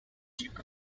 duke